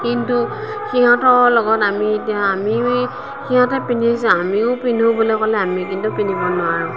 কিন্তু সিহঁতৰ লগত আমি এতিয়া আমি সিহঁতে পিন্ধিছে আমিও পিন্ধোঁ বুলি ক'লে আমি কিন্তু পিন্ধিব নোৱাৰোঁ